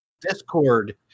Discord